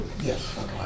Yes